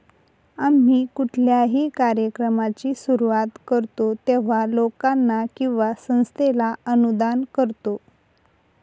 आम्ही कुठल्याही कार्यक्रमाची सुरुवात करतो तेव्हा, लोकांना किंवा संस्थेला अनुदान करतो